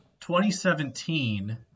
2017